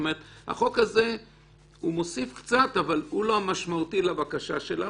החוק הזה מוסיף קצת אבל הוא לא המשמעותי לבקשה שלך.